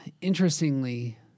interestingly